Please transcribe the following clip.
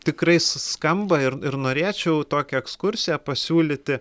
tikrai s skamba ir ir norėčiau tokią ekskursiją pasiūlyti